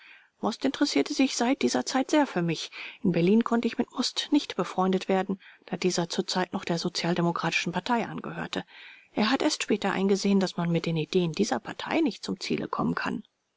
most interessierte sich seit dieser zeit sehr für mich in berlin konnte ich mit most nicht befreundet werden da dieser zur zeit noch der sozialdemokratischen partei angehörte er hat erst später eingesehen daß man mit den ideen dieser partei nicht zum ziele kommen kann